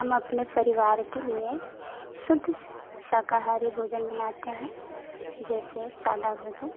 हम अपने परिवार के लिए शुद्ध शाकाहारी भोजन बनाते हैं जैसे सादा भोजन